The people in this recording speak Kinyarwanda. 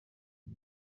uyu